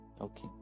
Okay